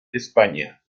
españa